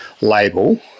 label